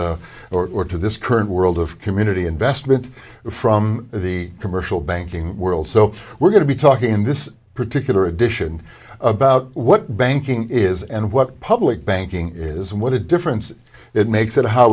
to this current world of community investment from the commercial banking world so we're going to be talking in this particular edition about what banking is and what public banking is and what a difference it makes it how